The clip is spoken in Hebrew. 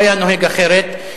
הוא נוהג אחרת.